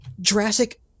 Jurassic